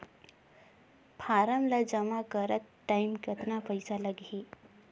Form ला जमा करत टाइम कतना पइसा लगही?